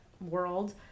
world